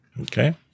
okay